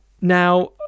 Now